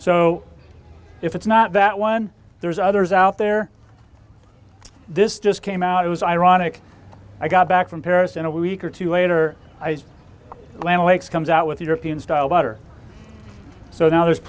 so if it's not that one there's others out there this just came out it was ironic i got back from paris in a week or two later i went lakes comes out with european style butter so now there's